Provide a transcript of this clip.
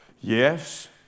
yes